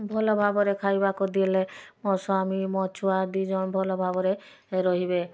ଭଲ ଭାବରେ ଖାଇବାକୁ ଦେଲେ ମୋ ସ୍ୱାମୀ ମୋ ଛୁଆ ଦି ଜଣ ଭଲ ଭାବରେ ରହିବେ